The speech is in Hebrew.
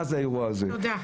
מה הוא האירוע הזה.